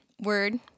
word